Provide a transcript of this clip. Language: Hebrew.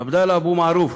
עבדאללה אבו מערוף,